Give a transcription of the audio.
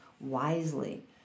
wisely